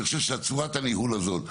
אני חושב שצורת הניהול הזאת,